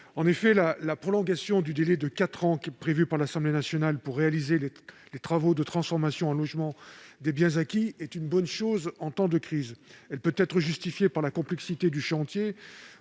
d'immeuble. La prolongation du délai de quatre ans prévu par l'Assemblée nationale pour réaliser les travaux de transformation en logement des biens acquis est une bonne chose en temps de crise. Elle peut être justifiée par la complexité du chantier